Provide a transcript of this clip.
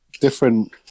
different